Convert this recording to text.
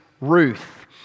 Ruth